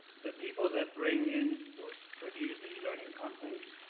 the people that bring in or produce the e-learning content,